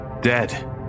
dead